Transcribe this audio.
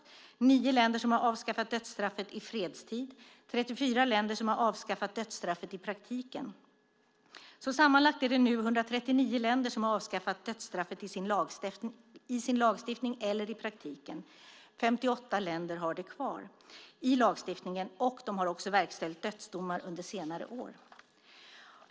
Det är 9 länder som har avskaffat dödsstraffet i fredstid. Det är 34 länder som har avskaffat dödsstraffet i praktiken. Sammanlagt är det nu 139 länder som har avskaffat dödsstraffet i sin lagstiftning eller i praktiken. 58 länder har det kvar i lagstiftningen, och de har också verkställt dödsdomar under senare år.